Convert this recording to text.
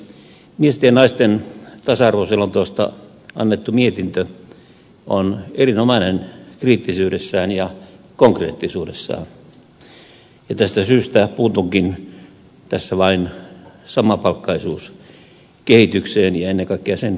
miesten ja naisten tasa arvoselonteosta annettu mietintö on erinomainen kriittisyydessään ja konkreettisuudessaan ja tästä syystä puutunkin tässä vain samapalkkaisuuskehitykseen ja ennen kaikkea sen hitauteen